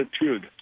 attitude